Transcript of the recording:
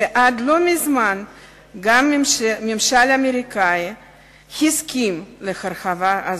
שעד לא מזמן גם הממשל האמריקני הסכים להרחבה הזאת.